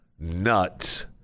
nuts